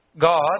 God